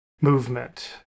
movement